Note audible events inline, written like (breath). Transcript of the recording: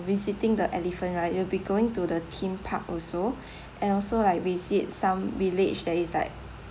visiting the elephant right you'll be going to the theme park also (breath) and also like visit some village that is like